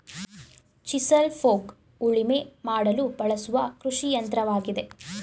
chisel plough ಉಳುಮೆ ಮಾಡಲು ಬಳಸುವ ಕೃಷಿಯಂತ್ರವಾಗಿದೆ